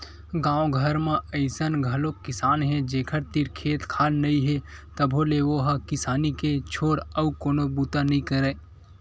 गाँव घर म अइसन घलोक किसान हे जेखर तीर खेत खार नइ हे तभो ले ओ ह किसानी के छोर अउ कोनो बूता नइ करय